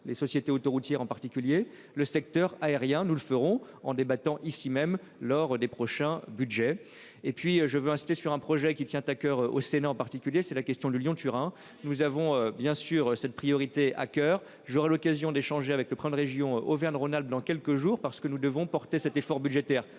Les sociétés autoroutières, en particulier le secteur aérien, nous le ferons en débattant ici même lors des prochains Budgets et puis je veux insister sur un projet qui tient à coeur au Sénat en particulier, c'est la question du Lyon-Turin. Nous avons bien sûr cette priorité à coeur j'aurai l'occasion d'échanger avec le prendre région Auvergne Auvergne-Rhône-Alpes dans quelques jours parce que nous devons porter cet effort budgétaire